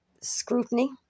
scrutiny